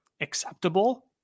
acceptable